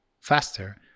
faster